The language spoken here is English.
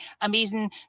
amazing